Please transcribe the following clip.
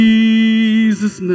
Jesus